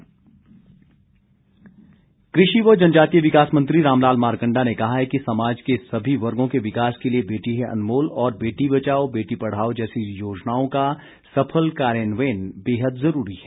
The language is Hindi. मारकंडा कृषि व जनजातीय विकास मंत्री रामलाल मारकंडा ने कहा है कि समाज के सभी वर्गों के विकास के लिए बेटी है अनमोल और बेटी बचाओ बेटी पढ़ाओ जैसी योजनाओं का सफल कार्यान्वयन बेहद जरूरी है